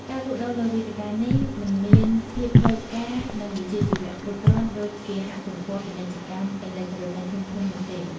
ការលក់ដូរលើវេទិកានេះមិនមានភាពផ្លូវការនិងវិជ្ជាជីវៈគ្រប់គ្រាន់ដូចគេហទំព័រពាណិជ្ជកម្មអេឡិចត្រូនិកធំៗនោះទេ។